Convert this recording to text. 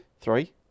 Three